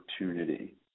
opportunity